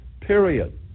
period